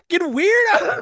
weird